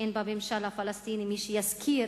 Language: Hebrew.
שאין בממשל הפלסטיני מי שיזכיר